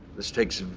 this takes,